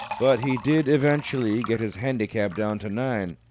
but he did eventually get his handicap down to nine,